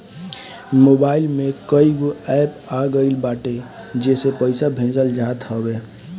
mobile में कईगो app आ गईल बाटे जेसे पईसा भेजल जात हवे